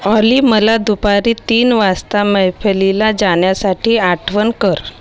ऑली मला दुपारी तीन वाजता मैफिलीला जाण्यासाठी आठवण कर